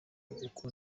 uko